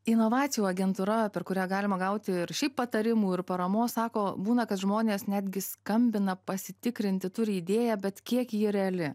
inovacijų agentūra per kurią galima gauti ir šiaip patarimų ir paramos sako būna kad žmonės netgi skambina pasitikrinti turi idėją bet kiek ji reali